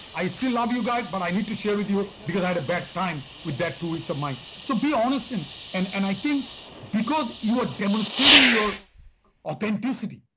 i still love you guys, but i need to share with you ah because i had a bad time with that two weeks. um so, be honest and and and i think because you are demonstrating your authenticity,